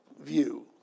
view